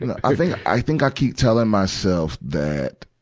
you know i think, i think i keep telling myself that,